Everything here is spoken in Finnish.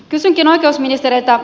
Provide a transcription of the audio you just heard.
kysynkin oikeusministeriltä